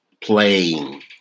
playing